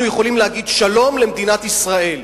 אנחנו יכולים להגיד שלום למדינת ישראל.